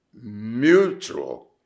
mutual